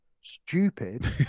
stupid